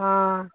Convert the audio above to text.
ਹਾਂ